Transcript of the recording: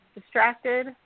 distracted